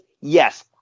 yes